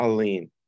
Aline